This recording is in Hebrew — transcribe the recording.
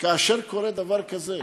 כאשר קורה דבר כזה,